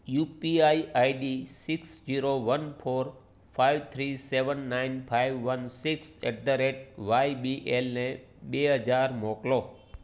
UPI ID six zero one four five three seven nine five one six at the rate વાયબીએલને બે હજાર મોકલો